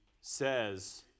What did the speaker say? says